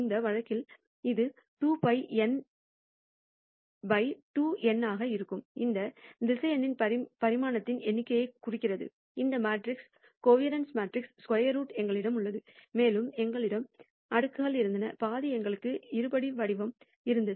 இந்த வழக்கில் இது 2 π n by 2 n ஆக இருக்கும் இந்த திசையனின் பரிமாணத்தின் எண்ணிக்கையைக் குறிக்கிறது இந்த மேட்ரிக்ஸ் கோவாரன்ஸ் மேட்ரிக்ஸின் ஸ்கொயர் ரூட் எங்களிடம் உள்ளது மேலும் எங்களிடம் அடுக்குகள் இருந்தன பாதி எங்களுக்கு இருபடி வடிவம் இருந்தது